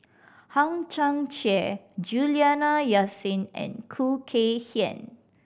Hang Chang Chieh Juliana Yasin and Khoo Kay Hian